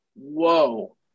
whoa